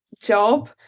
job